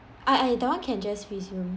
I I don't want can just resume